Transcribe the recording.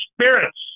spirits